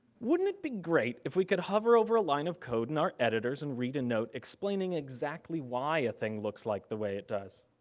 wouldn't it be great if we could hover over a line of code in our editors and read a note explaining exactly why a thing looks like the way it does.